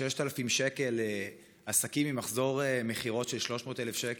6,000 שקל לעסקים עם מחזור מכירות של 300,000 שקל.